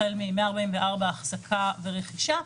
החל מסעיף 144: החזקה ורכישה,